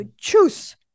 choose